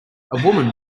woman